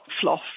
fluff